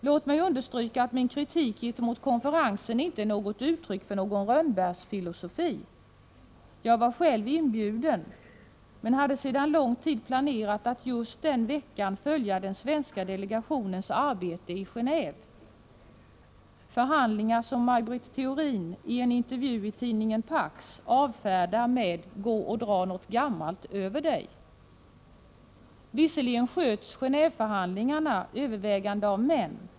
Låt mig understryka att min kritik gentemot konferensen inte är uttryck för någon ”rönnbärsfilosofi”. Jag var själv inbjuden, men jag hade sedan lång tid tillbaka planerat att just den veckan följa den svenska delegationens arbete i Genåve. Dessa förhandlingar avfärdar Maj Britt Theorin i en intervju i tidningen Pax med: Gå och dra något gammalt över dig. Visserligen sköts Genåveförhandlingarna till övervägande delen av män.